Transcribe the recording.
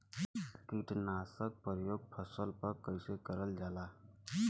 कीटनाशक क प्रयोग फसल पर कइसे करल जाला?